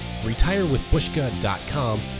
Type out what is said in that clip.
retirewithbushka.com